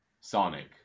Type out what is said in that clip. Sonic